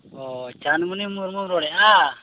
ᱚ ᱪᱟᱸᱫᱽᱢᱩᱱᱤ ᱢᱩᱨᱢᱩᱢ ᱨᱚᱲᱮᱫᱼᱟ